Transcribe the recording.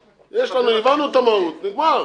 הבנו את המהות, נגמר.